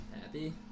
happy